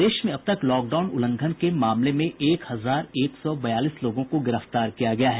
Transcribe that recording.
प्रदेश में अब तक लॉकडाउन उल्लंघन के मामले में एक हजार एक सौ बयालीस लोगों को गिरफ्तार किया गया है